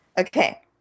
Okay